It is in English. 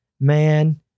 man